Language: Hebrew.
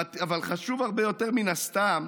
/ אבל חשוב הרבה יותר, מן הסתם,